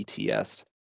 ETS